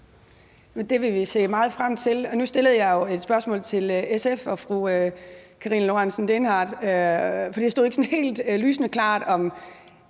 Det vil vi se meget frem til. Nu stillede jeg jo et spørgsmål til SF og fru Karina Lorentzen Dehnhardt, for det stod ikke helt lysende klart, om